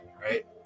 right